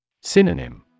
Synonym